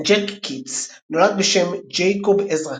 ג'ק קיטס, נולד בשם ג'ייקוב עזרא כץ,